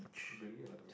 brilliant